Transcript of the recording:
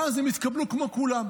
ואז הם יתקבלו כמו כולם.